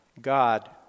God